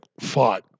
fought